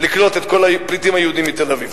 לקלוט את כל הפליטים היהודים מתל-אביב.